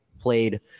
played